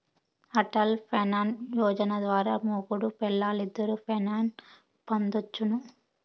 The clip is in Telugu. అటల్ పెన్సన్ యోజన ద్వారా మొగుడూ పెల్లాలిద్దరూ పెన్సన్ పొందొచ్చును